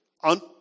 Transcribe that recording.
on